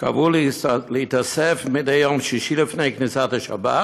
קבעו להתאסף מדי יום שישי לפני כניסת השבת